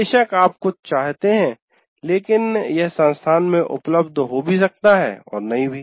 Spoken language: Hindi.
बेशक आप कुछ चाहते हैं लेकिन यह संस्थान में उपलब्ध हो भी सकता है और नहीं भी